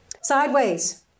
sideways